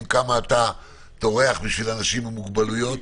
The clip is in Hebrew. כמה אתה טורח בשביל אנשים עם מוגבלויות.